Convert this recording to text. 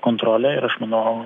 kontrolę ir aš manau